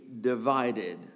divided